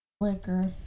Liquor